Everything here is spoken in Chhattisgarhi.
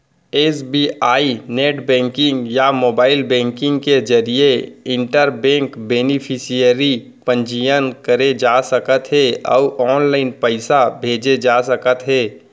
एस.बी.आई नेट बेंकिंग या मोबाइल बेंकिंग के जरिए इंटर बेंक बेनिफिसियरी पंजीयन करे जा सकत हे अउ ऑनलाइन पइसा भेजे जा सकत हे